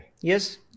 Yes